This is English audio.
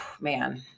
man